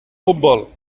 futbol